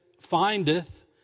findeth